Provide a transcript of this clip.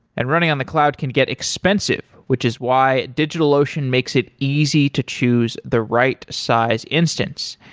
and running on the cloud can get expensive, which is why digitalocean makes it easy to choose the right size instance.